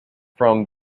from